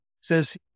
says